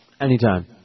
Anytime